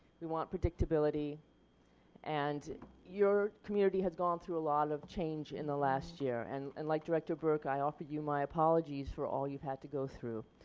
we want predictability and your community has gone through a lot of change in the last year and and like director burke, i offer you my apology for all you've had to go through.